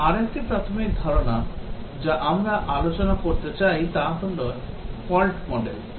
এখন আরেকটি প্রাথমিক ধারণা যা আমরা আলোচনা করতে চাই তা হল ফল্ট মডেল